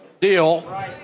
deal